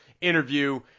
interview